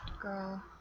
girl